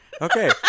Okay